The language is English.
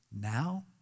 now